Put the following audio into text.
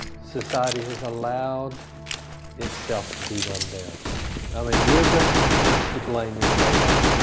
society has allowed itself to be dumbed down. i mean we are just as much to blame as they are